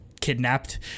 kidnapped